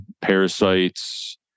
parasites